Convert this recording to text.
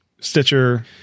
Stitcher